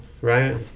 right